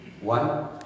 One